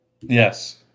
Yes